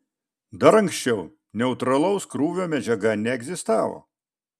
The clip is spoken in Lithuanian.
dar anksčiau neutralaus krūvio medžiaga neegzistavo